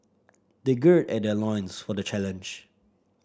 they gird their loins for the challenge